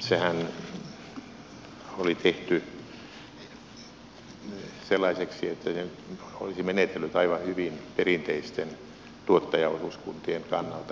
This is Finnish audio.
sehän oli tehty sellaiseksi että se olisi menetellyt aivan hyvin perinteisten tuottajaosuuskuntien kannalta esimerkiksi